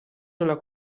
nella